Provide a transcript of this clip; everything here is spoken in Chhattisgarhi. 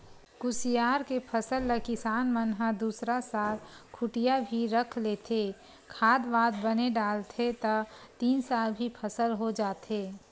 कुसियार के फसल ल किसान मन ह दूसरा साल खूटिया भी रख लेथे, खाद वाद बने डलथे त तीन साल भी फसल हो जाथे